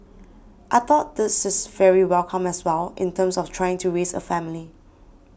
I thought this is very welcome as well in terms of trying to raise a family